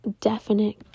definite